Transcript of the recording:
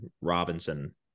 Robinson